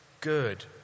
good